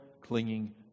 clinging